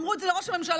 אמרו את זה לראש הממשלה,